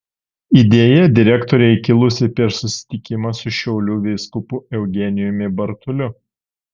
idėja direktorei kilusi per susitikimą su šiaulių vyskupu eugenijumi bartuliu